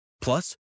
Plus